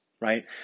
right